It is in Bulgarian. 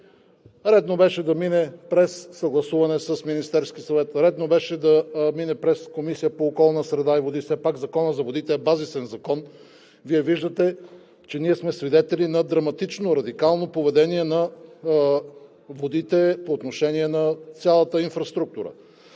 Редно беше да мине през съгласуване с Министерския съвет, редно беше да мине през Комисията по околната среда и водите – все пак Законът за водите е базисен закон. Вие виждате, че ние сме свидетели на драматично, радикално поведение на водите по отношение на цялата инфраструктура.